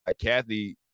Kathy